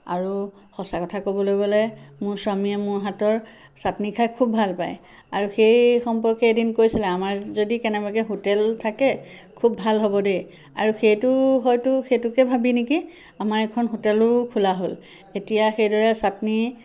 আৰু সঁচা কথা ক'বলৈ গ'লে মোৰ স্বামীয়ে মোৰ হাতৰ চাটনি খাই খুব ভাল পায় আৰু সেই সম্পৰ্কে এদিন কৈছিলে আমাৰ যদি কেনেবাকৈ হোটেল থাকে খুব ভাল হ'ব দেই আৰু সেইটো হয়তো সেইটোকে ভাবি নেকি আমাৰ এখন হোটেলো খোলা হ'ল এতিয়া সেইদৰে চাটনি